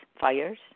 fires